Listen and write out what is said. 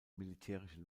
militärische